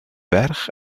ferch